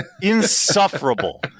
insufferable